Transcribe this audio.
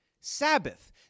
Sabbath